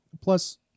Plus